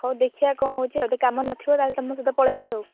ହଉ ଦେଖିବା କ'ଣ ହେଉଛି ଆଉ ଯଦି କାମ ନଥିବ ତା'ହେଲେ ତୁମ ସହିତ ପଳାଇବି ଆଉ